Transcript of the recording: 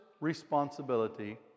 responsibility